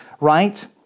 right